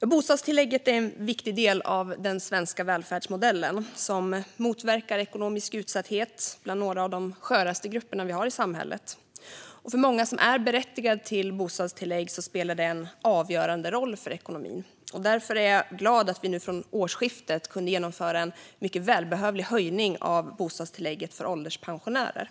Bostadstillägget är en viktig del av den svenska välfärdsmodellen, som motverkar ekonomisk utsatthet bland några av de sköraste grupper vi har i samhället. För många som är berättigade till bostadstillägg spelar det en avgörande roll för ekonomin. Därför är jag glad för att vi vid årsskiftet kunde genomföra en mycket välbehövlig höjning av bostadstillägget för ålderspensionärer.